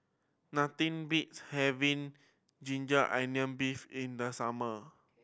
nothing beats having ginger onion beef in the summer